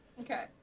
Okay